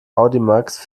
audimax